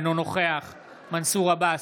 אינו נוכח מנסור עבאס,